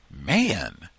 man